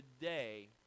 today